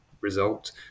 result